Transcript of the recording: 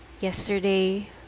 Yesterday